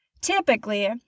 Typically